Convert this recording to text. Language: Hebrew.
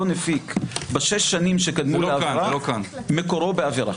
הפיק בשש השנים שקדמו מקורו בעבירה.